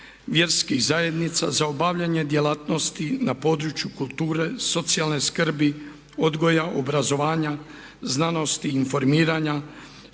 vjerskih zajednica, za obavljanje djelatnosti na području kulture, socijalne skrbi, odgoja, obrazovanja, znanosti, informiranja,